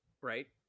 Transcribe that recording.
right